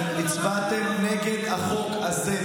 אתם הצבעתם נגד החוק הזה.